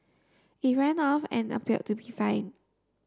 it ran off and appeared to be fining